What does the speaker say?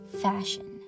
fashion